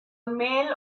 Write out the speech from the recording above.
male